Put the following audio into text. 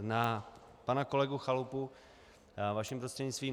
Na pana kolegu Chalupu vaším prostřednictvím.